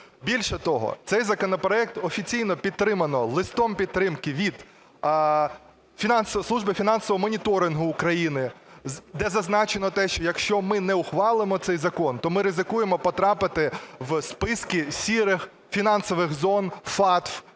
Більше того, цей законопроект офіційно підтримано листом підтримки від Служби фінансового моніторингу України, де зазначено те, що якщо ми не ухвалимо цей закон, то ми ризикуємо потрапити в списки "сірих" фінансових зон FATF.